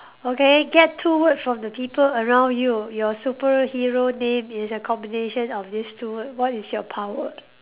okay get two words from the people around you your superhero name is a combination of these two word what is your power